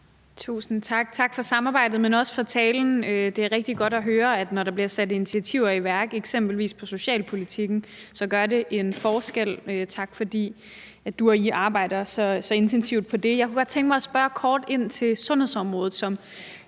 Tusind tak. Tak for samarbejdet og også for talen. Det er rigtig godt at høre, at når der bliver sat initiativer i værk, eksempelvis i forhold til socialpolitikken, så gør det en forskel. Tak, fordi du og I arbejder så intensivt på det. Jeg kunne godt tænke mig kort at spørge ind til sundhedsområdet, som